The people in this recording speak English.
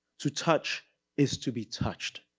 to touch is to be touched,